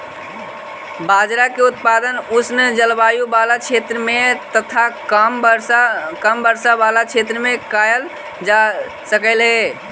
बाजरा के उत्पादन उष्ण जलवायु बला क्षेत्र में तथा कम वर्षा बला क्षेत्र में कयल जा सकलई हे